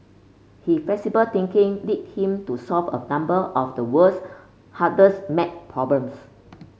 he flexible thinking lead him to solve a number of the world's hardest maths problems